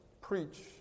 preach